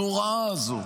הנוראה הזו,